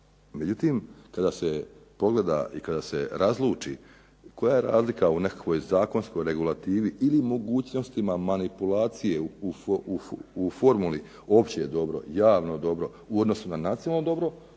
Međutim, kada se pogleda i kada se razluči koja je razlika u nekakvoj zakonskoj regulativi ili mogućnostima manipulacije u formuli opće dobro, javno dobro u odnosu na nacionalno dobro